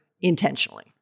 intentionally